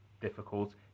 difficult